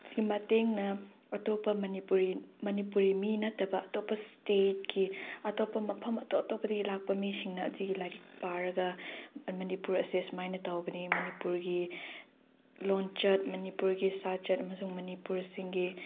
ꯀꯤ ꯃꯇꯦꯡꯅ ꯑꯇꯣꯞꯄ ꯃꯅꯤꯄꯨꯔꯤ ꯃꯅꯤꯄꯨꯔꯤ ꯃꯤ ꯅꯠꯇꯕ ꯑꯇꯣꯞꯄ ꯏꯁꯇꯦꯠꯀꯤ ꯑꯇꯣꯞꯄ ꯃꯐꯝ ꯑꯇꯣꯞ ꯑꯇꯣꯞꯄꯗꯒꯤ ꯂꯥꯛꯄ ꯃꯤꯁꯤꯡꯅ ꯑꯗꯨꯒꯤ ꯂꯥꯏꯔꯤꯛ ꯄꯥꯔꯒ ꯃꯅꯤꯄꯨꯔ ꯑꯁꯦ ꯁꯨꯃꯥꯏꯅ ꯇꯧꯕꯅꯤ ꯃꯅꯤꯄꯨꯔꯒꯤ ꯂꯣꯟꯆꯠ ꯃꯅꯤꯄꯨꯔꯒꯤ ꯁꯥꯖꯠ ꯑꯃꯁꯨꯡ ꯃꯅꯤꯄꯨꯔꯁꯤꯡꯒꯤ